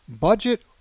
budget